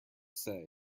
say